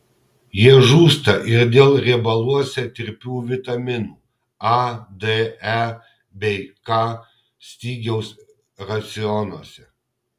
jie žūsta ir dėl riebaluose tirpių vitaminų a d e bei k stygiaus racionuose